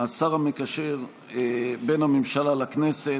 השר המקשר בין הממשלה לכנסת,